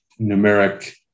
numeric